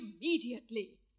immediately